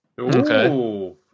Okay